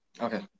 Okay